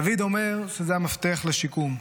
דוד אומר שזה המפתח לשיקום.